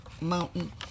Mountain